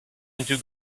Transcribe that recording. into